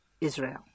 Israel